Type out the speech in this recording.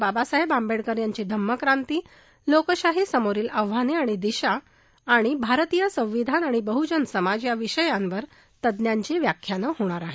बाबासाहेब आंबेडकर यांची धम्मक्रांती लोकशाही समोरील आव्हाने आणि दिशा आणि भारतीय संविधान आणि बहुजन समाज या विषयांवर तज्ञांची व्याख्यानं होणार आहेत